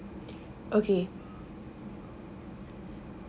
okay